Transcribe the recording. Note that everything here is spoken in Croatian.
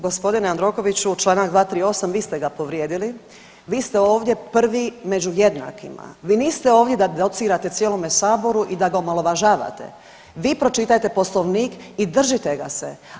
Gospodine Jandrokoviću, Članak 238. vi ste ga povrijedili, vi ste ovdje prvi među jednakima, vi niste ovdje da docirate cijelome saboru i da ga omalovažavate, vi pročitajte Poslovnik i držite ga se.